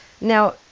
Now